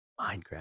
Minecraft